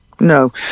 No